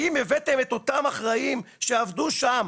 האם הבאתם את אותם אחראיים שעבדו שם,